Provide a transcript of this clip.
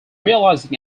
realizing